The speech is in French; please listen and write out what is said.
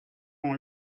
ont